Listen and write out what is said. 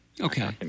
Okay